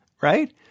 Right